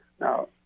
Now